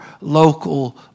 local